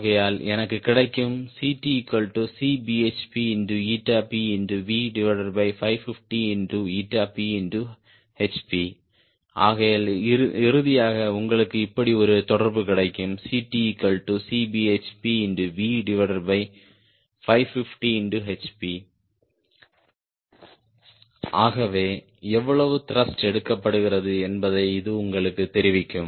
ஆகையால் எனக்கு கிடைக்கும் CtCbhpPV550PhP ஆகையால் இறுதியாக உங்களுக்கு இப்படி ஒரு தொடர்பு கிடைக்கும் CtCbhpV550hP ஆகவே எவ்வளவு த்ருஷ்ட் எடுக்கப்படுகிறது என்பதை இது உங்களுக்குத் தெரிவிக்கும்